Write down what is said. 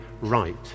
right